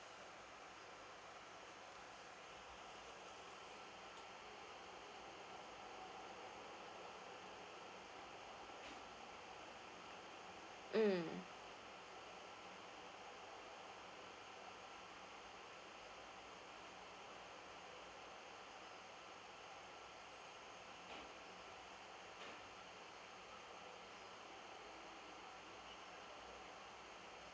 mm